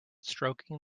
stroking